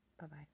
Bye-bye